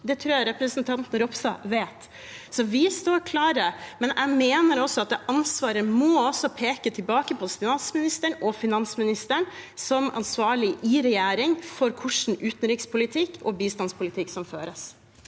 det tror jeg representanten Ropstad vet. Vi står klar, men jeg mener at det ansvaret må peke tilbake på statsministeren og finansministeren, som ansvarlig i regjering for hvilken utenrikspolitikk og bistandspolitikk som føres.